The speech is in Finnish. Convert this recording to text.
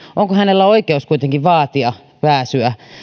onko kyseisellä henkilöllä oikeutta kuitenkin vaatia pääsyä